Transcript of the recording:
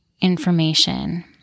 information